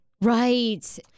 Right